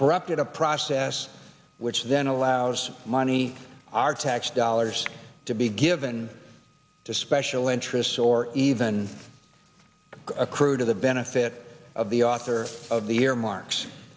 corrupted a process which then allows money our tax dollars to be given to special interests or even accrue to the benefit of the author of the earmar